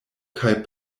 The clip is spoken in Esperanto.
kaj